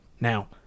Now